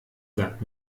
sagt